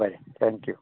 बरें थँक्यू